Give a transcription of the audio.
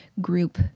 group